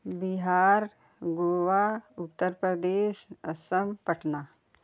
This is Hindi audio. बिहार गोवा उत्तर प्रदेश असम पटना